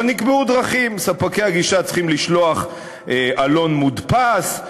אבל נקבעו דרכים: ספקי הגישה צריכים לשלוח עלון מודפס,